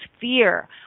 fear